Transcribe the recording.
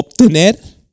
obtener